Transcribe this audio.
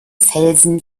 felsen